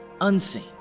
unseen